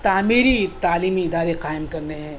تعمیری تعلیمی ادارے قائم کرنے ہیں